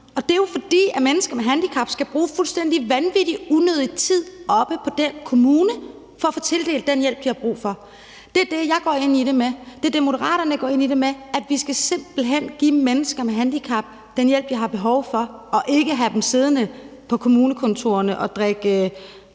og det er jo, fordi mennesker med handicap skal bruge fuldstændig vanvittig meget og unødig tid oppe hos den kommune for at få tildelt den hjælp, de har brug for. Det er det, jeg går ind i det med; det er det, Moderaterne går ind i det med, altså at vi simpelt hen skal give mennesker med handicap den hjælp, de har behov for, og ikke have dem siddende på kommunekontorerne og drikke